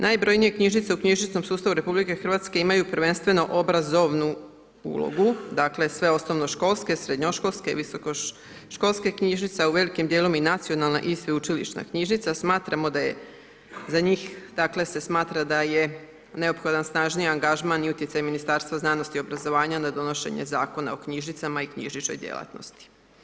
Najbrojnije knjižnice u knjižničnom sustavu RH imaju prvenstveno obrazovnu ulogu, dakle sve osnovnoškolske, srednjoškolske, visokoškolske knjižnice a u velikom djelu i nacionalne i sveučilišna knjižnica, za njih se smatra da je neophodan snažniji angažman i utjecaj Ministarstva znanosti i obrazovanja na donošenje Zakona o knjižnicama i knjižničnoj djelatnosti.